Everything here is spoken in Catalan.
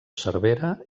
servera